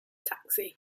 taxi